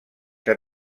que